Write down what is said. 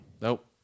Nope